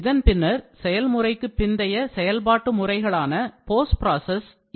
இதன்பின்னர் செயல்பாட்டுக்கு பின்னர் செய்யப்படும் வேலைகளான post process